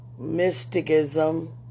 mysticism